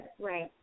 Right